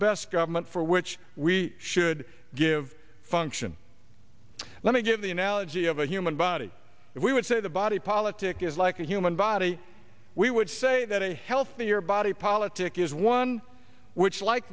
best government for which we should give function let me give the analogy of a human body if we would say the body politic is like a human body we would say that a healthy your body politic is one which like